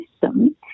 system